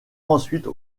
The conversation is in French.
ensuite